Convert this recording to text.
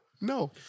No